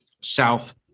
South